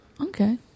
Okay